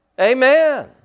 Amen